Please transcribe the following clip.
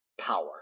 power